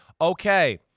okay